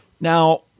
Now